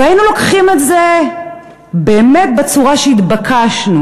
והיינו לוקחים את זה באמת בצורה שהתבקשנו,